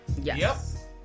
yes